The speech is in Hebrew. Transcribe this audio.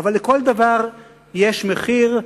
אבל לכל דבר יש מחיר,